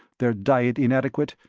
their diet inadequate,